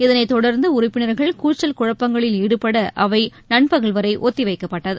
இதனைத் தொடர்ந்து உறுப்பினர்கள் கூச்சல் குழப்பங்களில் ஈடுபட அவை நண்பகல் வரை ஒத்திவைக்கப்பட்டது